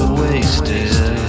wasted